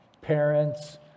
parents